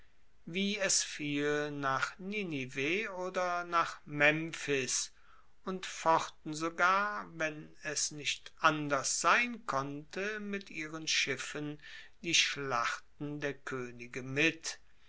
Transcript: wie es fiel nach ninive oder nach memphis und fochten sogar wenn es nicht anders sein konnte mit ihren schiffen die schlachten der koenige mit